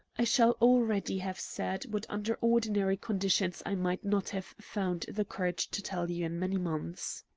i shall already have said what under ordinary conditions i might not have found the courage to tell you in many months.